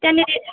त्यहाँनेरि